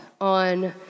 on